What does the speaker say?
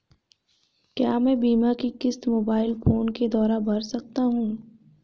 क्या मैं बीमा की किश्त मोबाइल फोन के द्वारा भर सकता हूं?